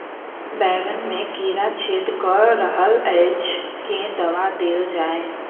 बैंगन मे कीड़ा छेद कऽ रहल एछ केँ दवा देल जाएँ?